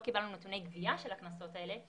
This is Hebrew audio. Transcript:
אנחנו לא קיבלנו נתוני גבייה של הקנסות האלה.